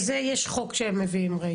שלזה יש חוק שהם מביאים, ראיתי.